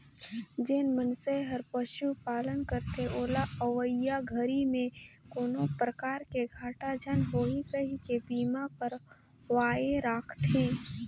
जेन मइनसे हर पशुपालन करथे ओला अवईया घरी में कोनो परकार के घाटा झन होही कहिके बीमा करवाये राखथें